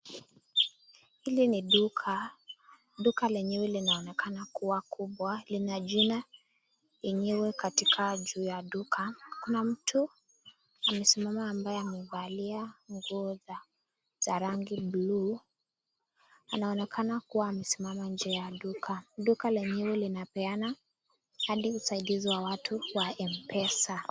Hili ni duka, duka lenyewe linaonekana kuwa kubwa, lina jina enyewe katika juu ya duka. Kuna mtu amesimama ambaye amevalia nguo za rangi buluu, anaonekana kuwa amesimama nje ya duka. Duka lenyewe linapeana hadi usaidizi wa watu wa Mpesa.